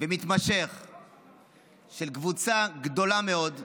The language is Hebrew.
ומתמשך של קבוצה גדולה מאוד בישראל,